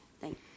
Thank